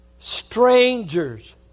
strangers